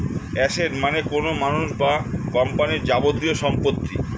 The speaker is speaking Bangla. অ্যাসেট মানে কোনো মানুষ বা কোম্পানির যাবতীয় সম্পত্তি